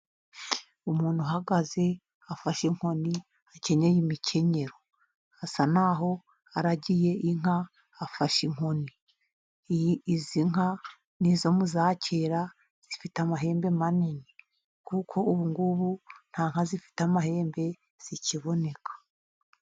Umuntu uhagaze, afashe inkoni, akenyeye imikenyero. Asa n'aho aho aragiye inka, afashe inkoni. Izi nka ni izo mu za kera, zifite amahembe manini. Kuko ubungubu nta nka zifite amahembe zikiboneka.